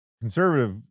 conservative